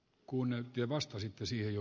kun yhtiö vastasi pyysi jo